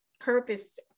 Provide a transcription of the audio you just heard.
purpose